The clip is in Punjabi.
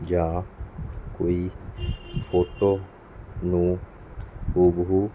ਜਾਂ ਕੋਈ ਫੋਟੋ ਨੂੰ ਹੂ ਬ ਹੂ